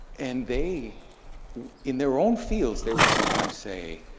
and they in their own fields, they will sometimes say,